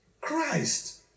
Christ